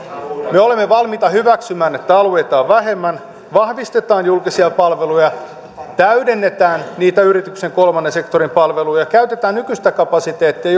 me olemme valmiita hyväksymään että alueita on vähemmän vahvistetaan julkisia palveluja täydennetään niitä yrityksen kolmannen sektorin palveluja ja käytetään nykyistä kapasiteettia